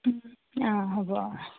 অঁ হ'ব